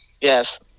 Yes